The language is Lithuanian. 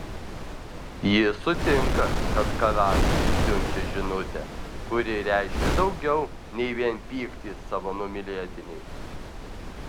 ji sutinka kad karalius siunčia žinutę kuri reiškia daugiau nei vien pyktį savo numylėtinei